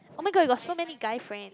oh-my-god you got so many guy friend